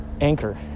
Anchor